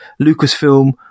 lucasfilm